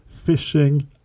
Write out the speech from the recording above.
fishing